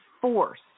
force